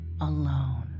alone